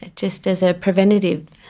ah just as a preventative.